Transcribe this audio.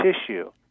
tissue